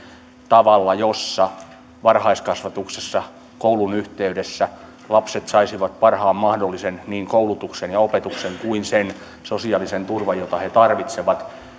tavalla jolla varhaiskasvatuksessa koulun yhteydessä lapset saisivat parhaan mahdollisen niin koulutuksen ja opetuksen kuin sen sosiaalisen turvan jota he tarvitsevat